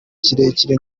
kirekire